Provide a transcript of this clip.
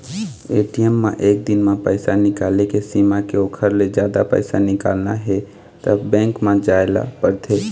ATM म एक दिन म पइसा निकाले के सीमा हे ओखर ले जादा पइसा निकालना हे त बेंक म जाए ल परथे